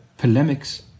Polemics